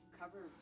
cover